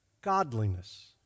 godliness